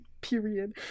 Period